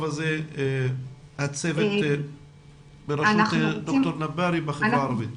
הזה הצוות בראשות ד"ר נבארי בחברה הערבית?